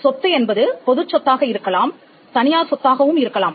சொத்து என்பது பொதுச் சொத்தாக இருக்கலாம் தனியார் சொத்தாகவும் இருக்கலாம்